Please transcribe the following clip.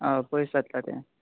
हय पयस जातले